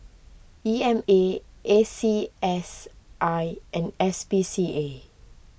E M A A C S I and S P C A